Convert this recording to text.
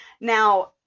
Now